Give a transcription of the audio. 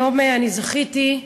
היום זכיתי,